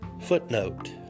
Footnote